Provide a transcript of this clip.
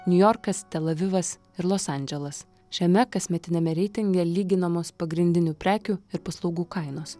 niujorkas tel avivas ir los andželas šiame kasmetiniame reitinge lyginamos pagrindinių prekių ir paslaugų kainos